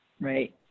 Right